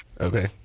Okay